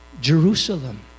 Jerusalem